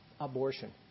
abortion